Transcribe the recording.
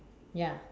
ya